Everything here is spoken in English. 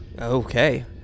Okay